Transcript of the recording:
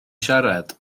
siarad